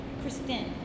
Kristen